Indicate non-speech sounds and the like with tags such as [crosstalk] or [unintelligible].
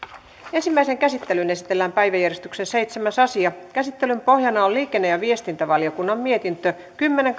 ensimmäiseen käsittelyyn esitellään päiväjärjestyksen seitsemäs asia käsittelyn pohjana on liikenne ja viestintävaliokunnan mietintö kymmenen [unintelligible]